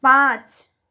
পাঁচ